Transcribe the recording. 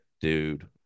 Dude